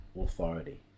authority